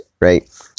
right